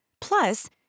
Plus